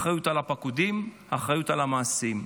אחריות לפקודים ואחריות למעשים.